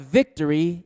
victory